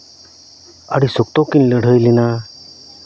ᱟᱹᱰᱤ ᱥᱚᱠᱛᱚ ᱠᱤᱱ ᱞᱟᱹᱲᱦᱟᱹᱭ ᱞᱮᱱᱟ